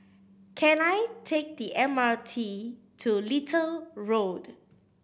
can I take the M R T to Little Road